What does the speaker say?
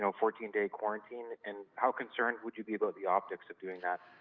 so fourteen day quarantine and how concerned would you be about the optics of doing that?